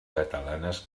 catalanes